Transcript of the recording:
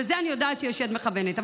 בזה אני יודעת שיש יד מכוונת.